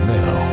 now